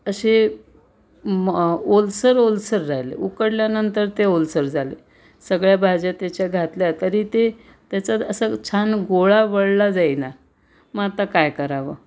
असे ओलसर ओलसर राहिले उकडल्यानंतर ते ओलसर झाले सगळ्या भाज्या त्याच्या घातल्या तरी ते त्याचा असा छान गोळा वळला जाईना मग आता काय करावं